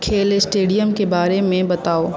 खेल स्टेडियमके बारेमे बताउ